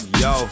yo